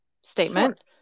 statement